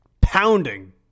pounding